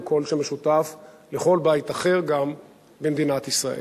קול שמשותף לכל בית אחר במדינת ישראל.